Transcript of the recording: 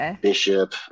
Bishop